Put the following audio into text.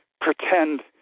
pretend